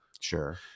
sure